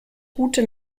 gute